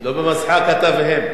לא במשחק שלך ושלהם.